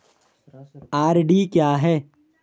RD क्या है?